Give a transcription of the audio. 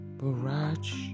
barrage